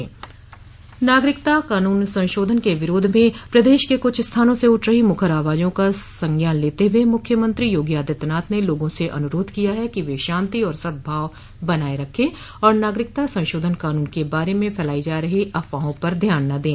नागरिकता कानून संशोधन के विरोध में प्रदेश के कुछ स्थानों से उठ रही मुखर आवाजों का संज्ञान लेते हुए मुख्यमंत्री योगी आदित्यनाथ ने लोगों से अनुरोध किया है कि वे शांति और सद्भाव बनाये रखें और नागरिकता संशोधन कानून के बारे में फैलाई जा रही अफवाहों पर ध्यान न दें